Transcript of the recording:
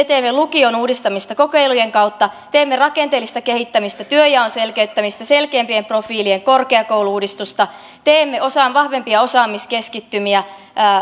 teemme lukion uudistamista kokeilujen kautta teemme rakenteellista kehittämistä työnjaon selkeyttämistä selkeämpien profiilien korkeakoulu uudistusta teemme vahvempia osaamiskeskittymiä